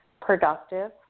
productive